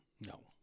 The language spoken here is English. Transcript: No